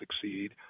succeed